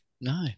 No